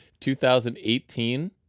2018